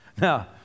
Now